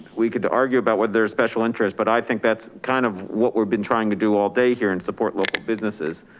we could argue about what their special interest but i think that's kind of what we've been trying to do all day here and support local businesses.